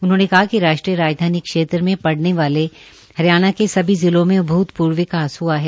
उन्होंने कहा कि राष्ट्रीय राजधानी क्षेत्र में पड़ने वाले हरियाणा के सभी जिलों में अभूतपूर्व विकास हआ है